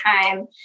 time